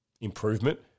improvement